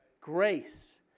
grace